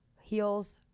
Heels